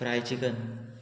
fry chicken